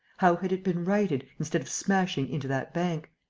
how had it been righted, instead of smashing into that bank?